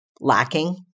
lacking